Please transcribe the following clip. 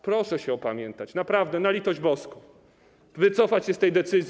Proszę się opamiętać, naprawdę, na litość boską, wycofać się z tej decyzji.